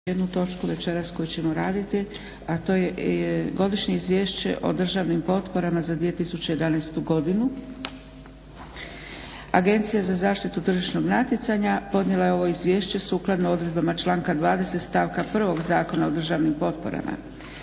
jednu točku večeras koju ćemo raditi a to je - Godišnje izvješće o državnim potporama za 2011. godinu. Agencija za zaštitu tržišnog natjecanja podnijela je ovo izvješće sukladno odredbama članka 20. stavka 1. Zakona o državnim potporama.